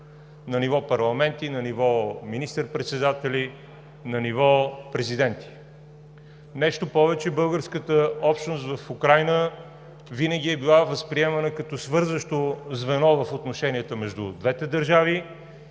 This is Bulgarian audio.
на ниво парламент, на ниво министър-председатели, на ниво президенти. Нещо повече, българската общност в Украйна винаги е била възприемана като свързващо звено в отношенията между двете държави